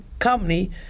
Company